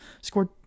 scored